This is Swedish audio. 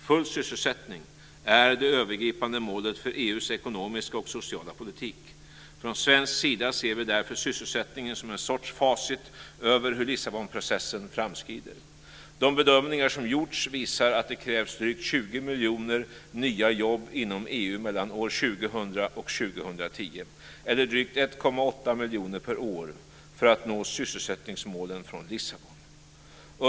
Full sysselsättning är det övergripande målet för EU:s ekonomiska och sociala politik. Från svensk sida ser vi därför sysselsättningen som en sorts facit över hur Lissabonprocessen framskrider. De bedömningar som gjorts visar att det krävs drygt 20 miljoner nya jobb inom EU mellan år 2000 och 2010, eller drygt 1,8 miljoner per år, för att nå sysselsättningsmålen från Lissabon.